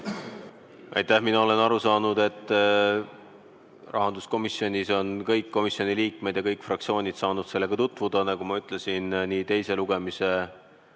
Aitäh! Mina olen aru saanud, et rahanduskomisjonis on kõik komisjoni liikmed ja kõik fraktsioonid saanud sellega tutvuda. Nagu ma ütlesin, nii teise lugemise